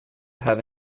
have